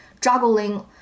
juggling